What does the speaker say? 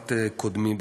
בתקופת קודמי בתפקיד.